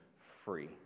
free